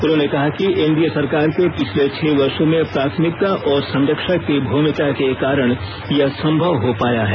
उन्होंने कहा कि एनडीए सरकार के पिछले छह वर्षों में प्राथमिकता और संरक्षक की भूमिका के कारण यह संभव हो पाया है